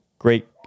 Great